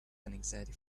anxiety